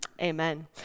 Amen